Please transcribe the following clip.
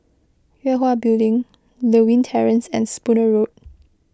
Yue Hwa Building Lewin Terrace and Spooner Road